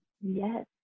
yes